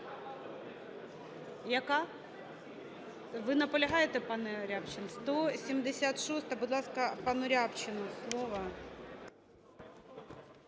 Яка? Ви наполягаєте, пане Рябчин? 176-а. Будь ласка, пану Рябчину слово.